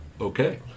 Okay